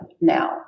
now